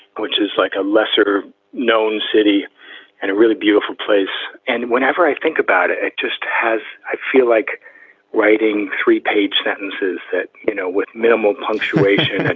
which is like a lesser known city and a really beautiful place and whenever i think about it, it just has. i feel like writing three page sentences that, you know, with minimal punctuation.